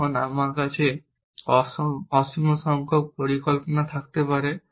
তখন আমার কাছে একটি অসীম সংখ্যক পরিকল্পনা থাকতে পারে